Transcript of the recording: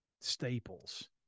Staples